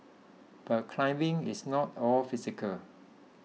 but climbing is not all physical